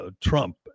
Trump